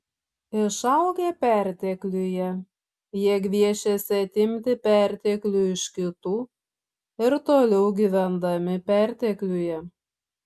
išaugę pertekliuje jie gviešėsi atimti perteklių iš kitų ir toliau gyvendami pertekliuje